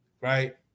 right